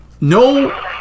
No